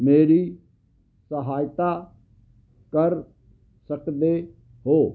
ਮੇਰੀ ਸਹਾਇਤਾ ਕਰ ਸਕਦੇ ਹੋ